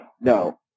No